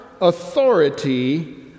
authority